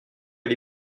les